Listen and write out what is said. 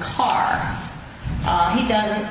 car he doesn't